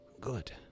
Good